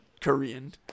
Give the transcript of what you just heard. Korean